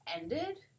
ended